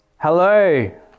Hello